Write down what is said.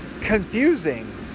confusing